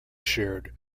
shared